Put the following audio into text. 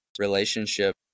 relationship